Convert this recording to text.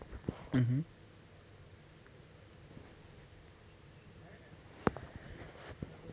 mmhmm